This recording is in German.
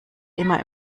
immer